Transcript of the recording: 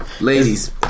Ladies